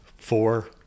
four